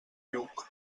lluc